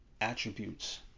attributes